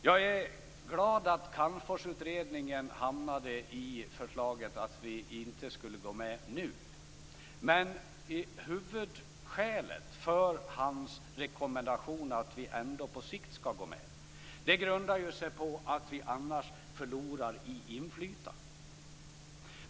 Jag är glad över att Calmforsutredningen hamnade i förslaget att vi inte skall gå med i EMU nu. Men huvudskälet för hans rekommendation, att vi ändå på sikt skall gå med, grundar sig på att vi annars förlorar i inflytande.